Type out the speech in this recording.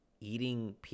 eating